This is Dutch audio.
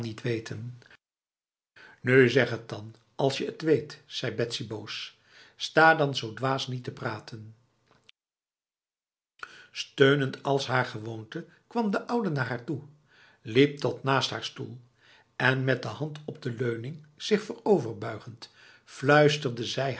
weten nu zeg het dan als je het weet zei betsy boos sta dan zo dwaas niet te praten steunend als naar gewoonte kwam de oude naar haar toe liep tot naast haar stoel en met de hand op de leuning zich vooroverbuigend fluisterde zij